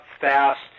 fast